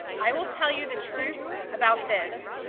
i will tell you the truth about this,